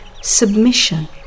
submission